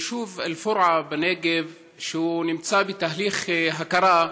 היישוב אל-פורעה בנגב, שנמצא בהליך הכרה,